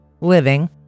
living